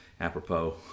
apropos